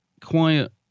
quiet